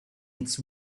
its